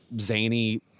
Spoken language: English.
zany